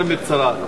יותר מקצרה.